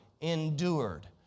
endured